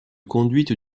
conduite